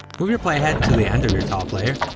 move your playhead to the end of your top layer,